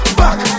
back